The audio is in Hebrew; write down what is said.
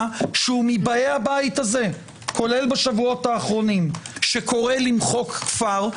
שהוא מבאי הבית הזה כולל בשבועות האחרונים שקורא למחוק כפר,